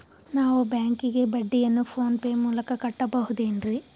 ನಾವು ಬ್ಯಾಂಕಿಗೆ ಬಡ್ಡಿಯನ್ನು ಫೋನ್ ಪೇ ಮೂಲಕ ಕಟ್ಟಬಹುದೇನ್ರಿ?